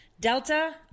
Delta